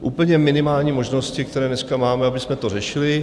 Úplně minimální možnosti, které dneska máme, abychom to řešili.